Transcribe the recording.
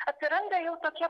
atsiranda jau tokie